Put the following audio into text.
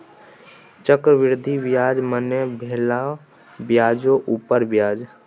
चक्रवृद्धि ब्याज मने भेलो ब्याजो उपर ब्याज